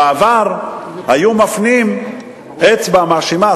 בעבר היו מפנים אצבע מאשימה.